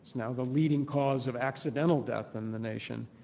now the leading cause of accidental death in the nation.